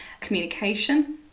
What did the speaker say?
communication